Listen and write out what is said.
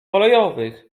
kolejowych